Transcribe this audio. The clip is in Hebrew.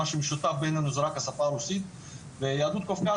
מה שמשותף ביננו זו רק השפה הרוסית ויהדות קווקז